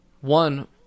one